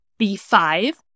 B5